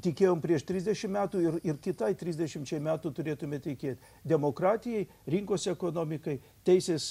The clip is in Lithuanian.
tikėjom prieš trisdešim metų ir ir kitai trisdešimčiai metų turėtume tikėt demokratijai rinkos ekonomikai teisės